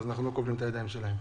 אז אנחנו לא כובלים את הידיים שלהם.